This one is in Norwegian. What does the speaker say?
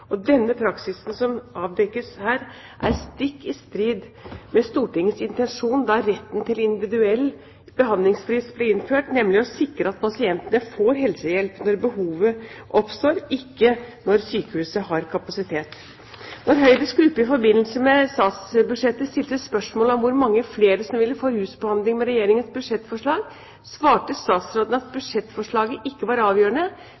rusavhengige. Denne praksisen som avdekkes her, er stikk i strid med Stortingets intensjon da retten til individuell behandlingsfrist ble innført, nemlig å sikre at pasientene får helsehjelp når behovet oppstår, ikke når sykehuset har kapasitet. Da Høyres gruppe i forbindelse med statsbudsjettet stilte spørsmål om hvor mange flere som ville få rusbehandling med Regjeringens budsjettforslag, svarte statsråden at budsjettforslaget ikke var avgjørende